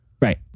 Right